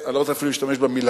אני לא רוצה אפילו להשתמש במלה.